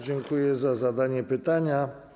Dziękuję za zadanie pytania.